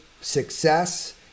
success